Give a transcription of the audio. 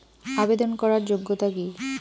আবেদন করার যোগ্যতা কি?